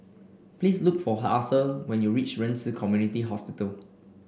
please look for Arthur when you reach Ren Ci Community Hospital